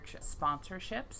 sponsorships